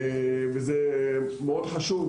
וזה דבר חשוב.